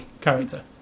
character